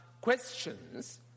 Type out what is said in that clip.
questions